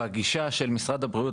בגישה של משרד הבריאות,